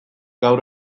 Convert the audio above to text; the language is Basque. gaur